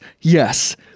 yes